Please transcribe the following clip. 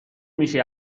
میشی